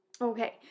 okay